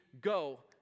go